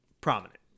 prominent